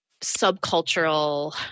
subcultural